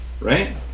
right